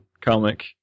comic